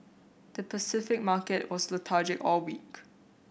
the Pacific market was lethargic all week